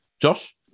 Josh